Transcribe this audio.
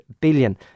billion